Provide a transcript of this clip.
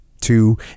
Two